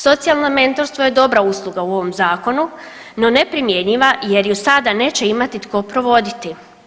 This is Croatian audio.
Socijalno mentorstvo je dobra usluga u ovom zakonu no neprimjenjiva, jer ju sada neće imati tko provoditi.